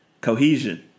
Cohesion